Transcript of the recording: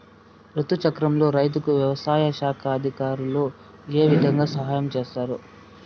రుతు చక్రంలో రైతుకు వ్యవసాయ శాఖ అధికారులు ఏ విధంగా సహాయం చేస్తారు?